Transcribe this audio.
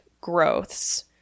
growths